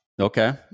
Okay